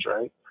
right